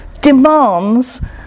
demands